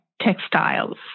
textiles